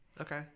okay